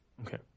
Okay